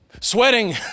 sweating